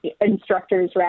instructors